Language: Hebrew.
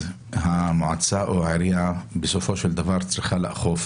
המועצה או העירייה צריכות לאכוף